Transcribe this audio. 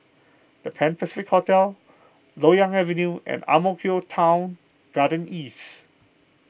the Pan Pacific Hotel Loyang Avenue and Ang Mo Kio Town Garden East